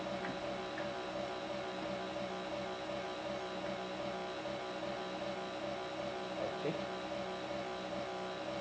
okay